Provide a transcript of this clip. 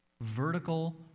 vertical